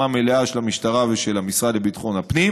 מלאה של המשטרה ושל המשרד לביטחון הפנים,